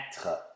être